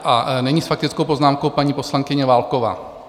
A nyní s faktickou poznámkou paní poslankyně Válková.